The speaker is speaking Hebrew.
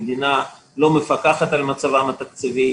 המדינה לא מפקחת על מצבם התקציבי,